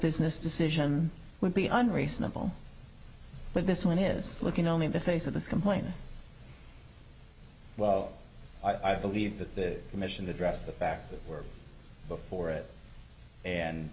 business decision would be unreasonable but this one is looking only in the face of this complaint well i believe that the commission addressed the facts that were before it and